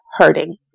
hurting